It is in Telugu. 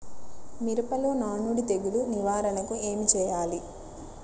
మిరపలో నానుడి తెగులు నివారణకు ఏమి చేయాలి?